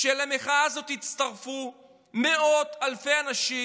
כשלמחאה הזאת יצטרפו מאות אלפי אנשים